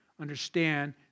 understand